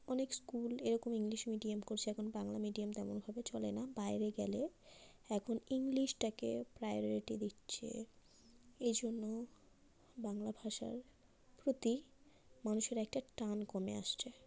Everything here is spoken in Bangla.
অনেক স্কুল এরকম ইংলিশ মিডিয়াম করছে এখন বাংলা মিডিয়াম তেমন ভাবে চলে না বাইরে গেলে এখন ইংলিশটাকে প্রায়োরিটি দিচ্ছে এই জন্য বাংলা ভাষার প্রতি মানুষের একটা টান কমে আসছে